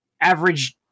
average